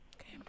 Okay